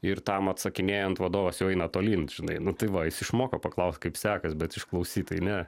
ir tam atsakinėjant vadovas jau eina tolyn žinai nu tai va jis išmoko paklaust kaip sekas bet išklausyt tai ne